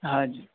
हजुर